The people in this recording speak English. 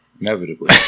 Inevitably